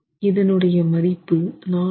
இதனுடைய மதிப்பு 450kN